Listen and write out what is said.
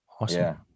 awesome